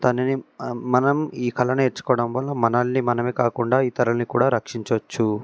తనని మనం ఈ కళ నేర్చుకోవడం వల్ల మనల్ని మనమే కాకుండా ఇతరులని కూడ రక్షించవచ్చు